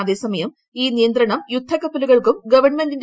അതേസമയം ഈ നിയന്ത്രണം യുദ്ധകപ്പലുകൾക്കും ഗവൺമെന്റിന്റെ